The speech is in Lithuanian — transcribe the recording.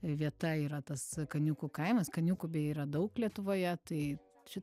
vieta yra tas kaniukų kaimas kaniukų beje yra daug lietuvoje tai čia